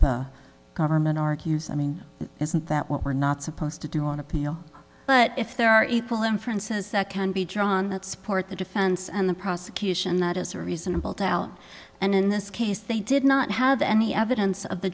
the government argues i mean isn't that what we're not supposed to do on appeal but if there are equal inferences that can be drawn that support the defense and the prosecution that has a reasonable doubt and in this case they did not have any evidence of the